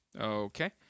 Okay